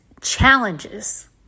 challenges